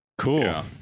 cool